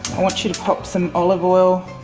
i want you to pop some olive oil,